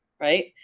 right